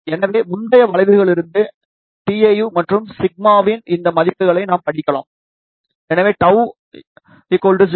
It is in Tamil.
எனவே முந்தைய வளைவுகளிலிருந்து டிஎயு மற்றும் சிக்மாவின் இந்த மதிப்புகளை நாம் படிக்கலாம் எனவே τ 0